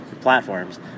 platforms